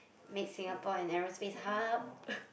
make Singapore an aerospace hub